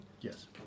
Yes